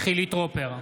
חילי טרופר,